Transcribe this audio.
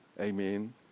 Amen